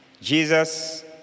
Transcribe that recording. Jesus